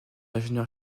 ingénieur